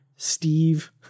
Steve